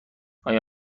آیا